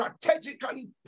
strategically